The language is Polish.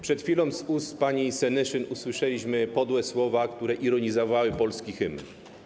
Przed chwilą z ust pani Senyszyn usłyszeliśmy podłe słowa, które ironizowały polski hymn.